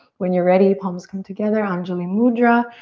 when you're ready, palms come together, anjuli mudra,